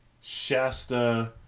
Shasta